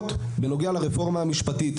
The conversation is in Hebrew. כן, מה זה קשור עכשיו?